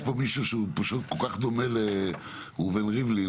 יש פה מישהו שפשוט דומה כל כך לראובן ריבלין,